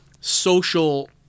social